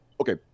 Okay